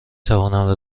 توانم